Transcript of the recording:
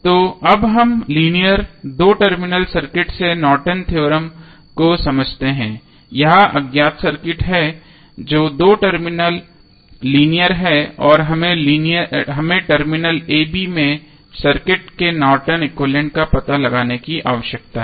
तो अब हम लीनियर दो टर्मिनल सर्किट से नॉर्टन थ्योरम Nortons Theorem को समझते हैं यह अज्ञात सर्किट है जो दो टर्मिनल लीनियर है और हमें टर्मिनल a b में सर्किट के नॉर्टन एक्विवैलेन्ट Nortons equivalent का पता लगाने की आवश्यकता है